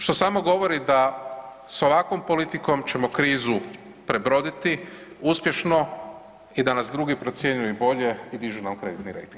Što samo govori da s ovakvom politikom ćemo krizu prebroditi uspješno i da nas drugi procjenjuju i bolje i dižu nam kreditni rejting.